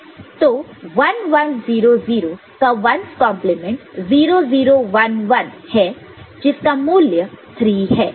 तो 1 1 0 0 का 1's complement 1's complement 0 0 1 1 है जिसका मूल्य 3 है